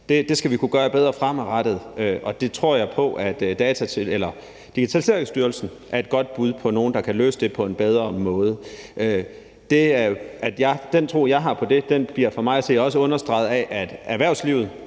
Det skal vi kunne gøre bedre fremadrettet, og det tror jeg på at Digitaliseringsstyrelsen er et godt bud på, altså på nogle, der kan løse det på en bedre måde. Den tro bliver for mig at se også underbygget af, at erhvervslivet